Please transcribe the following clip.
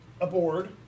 aboard